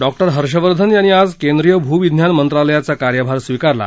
डॉ हर्षवर्धन यांनी आज केंद्रीय भूविज्ञान मंत्रालयाचा कार्यभार स्वीकारला